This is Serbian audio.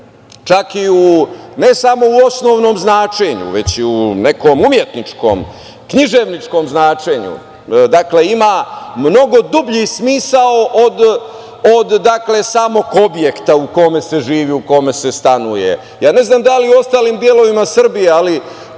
kuća? Ne samo u osnovnom značenju već i u nekom umetničkom, književničkom značenju, ima mnogo dublji smisao od samog objekta u kome se živi, u kome se stanuje. Ne znam da li u ostalim delovima Srbije, ali